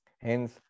Hence